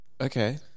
Okay